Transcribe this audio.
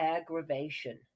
aggravation